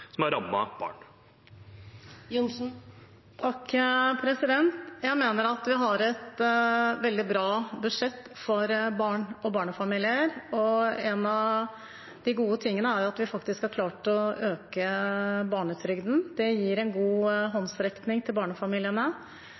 som har rammet barn. Jeg mener vi har et veldig bra budsjett for barn og barnefamilier, og en av de gode tingene er at vi faktisk har klart å øke barnetrygden. Det er en god håndsrekning til barnefamiliene.